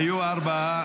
והיו ארבעה.